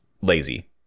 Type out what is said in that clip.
lazy